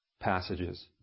passages